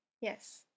Yes